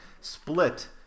split